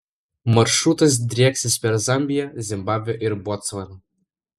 maršrutas drieksis per zambiją zimbabvę ir botsvaną